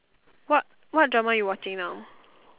what what dramas you watching now